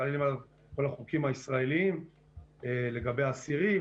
חלים עליו כל החוקים הישראליים לגבי אסירים,